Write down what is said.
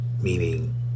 meaning